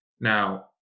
Now